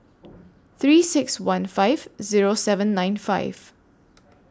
three six one five Zero seven nine five